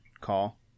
call